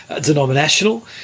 denominational